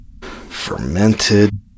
fermented